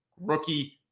rookie